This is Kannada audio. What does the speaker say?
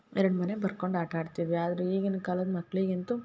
ಎರಡು ಮನೆ ಬರ್ಕೊಂಡು ಆಟ ಆಡ್ತಿದ್ವಿ ಆದ್ರೆ ಈಗಿನ ಕಾಲದ ಮಕ್ಳಿಗೆ ಅಂತು